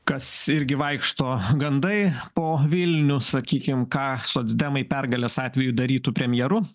kas irgi vaikšto gandai po vilnių sakykim ką socdemai pergalės atveju darytų premjeru